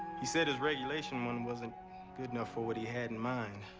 he said his regulation one wasn't good enough for what he had in mind.